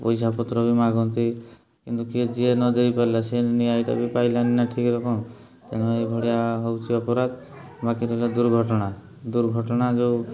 ପଇସାପତ୍ର ବି ମାଗନ୍ତି କିନ୍ତୁ କିଏ ଯିଏ ନ ଦେଇପାରିଲା ସେ ନ୍ୟାୟ'ଟା ବି ପାଇଲାନି ନା ଠିକ୍ରେ କ'ଣ ତେଣୁ ଏଇ ଭଳିଆ ହେଉଛି ଅପରାଧ ବାକି ରହିଲା ଦୁର୍ଘଟଣା ଦୁର୍ଘଟଣା ଯୋଉ